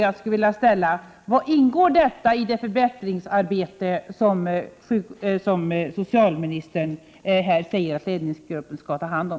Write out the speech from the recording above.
Jag vill då fråga: Ingår detta i det förbättringsarbete som socialministern här säger att ledningsgruppen skall ta hand om?